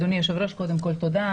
אדוני היושב-ראש, קודם כל, תודה.